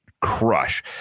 crush